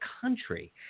country